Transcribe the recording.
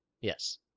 Yes